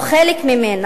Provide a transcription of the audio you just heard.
או חלק מהם,